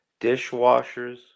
dishwashers